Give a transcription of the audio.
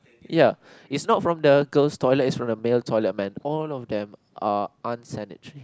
ya is not from the girl's toilet is from the male toilet man all of them are